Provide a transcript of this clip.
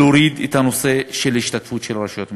להוריד את הנושא של ההשתתפות של הרשויות המקומיות.